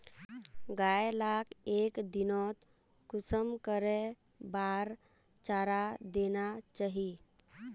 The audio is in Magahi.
गाय लाक एक दिनोत कुंसम करे बार चारा देना चही?